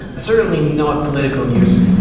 certainly not political news.